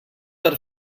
per